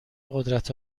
قدرت